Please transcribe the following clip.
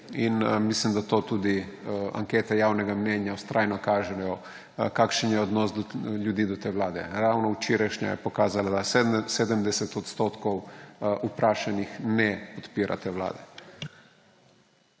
in mislim, da tudi ankete javnega mnenja vztrajno kažejo, kakšen je odnos ljudi do te vlade. Ravno včerajšnja je pokazala, da 70 % vprašanih ne podpira te vlade.